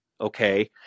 Okay